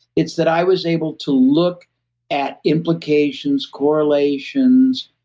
it's that i was able to look at implications, correlations,